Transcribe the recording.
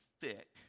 thick